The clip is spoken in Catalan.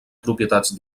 propietats